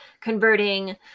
converting